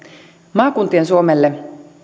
maakuntien suomelle